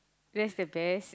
that's the best